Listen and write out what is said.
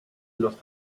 los